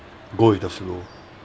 go with the flow